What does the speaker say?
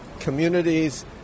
Communities